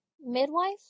midwife